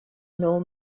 nôl